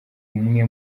umwe